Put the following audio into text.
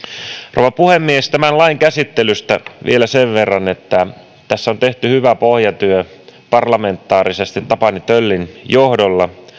rouva puhemies tämän lain käsittelystä vielä sen verran että tässä on tehty hyvä pohjatyö parlamentaarisesti tapani töllin johdolla